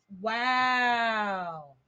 Wow